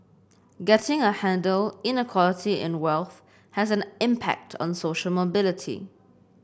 getting a handle Inequality in wealth has an impact on social mobility